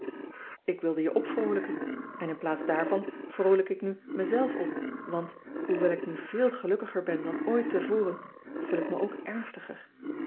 k wilde je opvroolijken en inplaats daarvan vroolijk ik nu mezelf op want hoewel ik nu veel gelukkiger ben ean ebster adertje angbeen dan ooit te voren voel ik me ook ernstiger